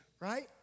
Right